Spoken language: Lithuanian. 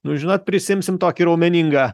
nu žinot prisiimsim tokį raumeningą